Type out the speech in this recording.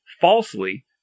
falsely